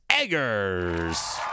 eggers